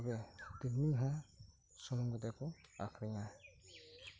ᱛᱚᱵᱮ ᱛᱤᱞᱢᱤᱧ ᱦᱚᱸ ᱥᱩᱱᱩᱢ ᱠᱟᱛᱮ ᱦᱚᱸᱠᱚ ᱟᱠᱷᱨᱤᱧᱟ